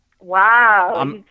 Wow